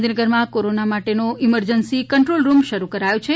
ગાંધીનગરમાં કોરોના માટેનો emergency control room શરૂ કરાયો છે